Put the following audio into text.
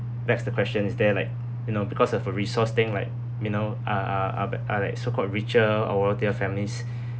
backs the question is there like you know because of a resource thing like you know uh uh uh be are like so-called richer over their families